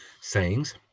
sayings